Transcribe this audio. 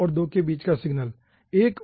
1 और 2 के बीच का सिग्नल